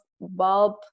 bulb